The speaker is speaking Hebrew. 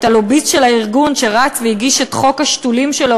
את הלוביסט של הארגון שרץ והגיש את חוק השתולים שלו,